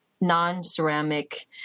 non-ceramic